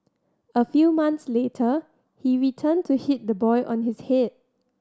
a few mounts later he returned to hit the boy on his head